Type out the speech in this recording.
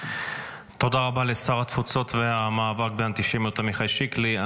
תודה רבה לשר התפוצות והמאבק באנטישמיות עמיחי שיקלי.